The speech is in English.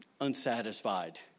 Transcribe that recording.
unsatisfied